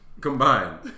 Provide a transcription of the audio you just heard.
combined